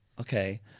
Okay